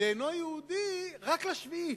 לאינו יהודי רק לשביעית,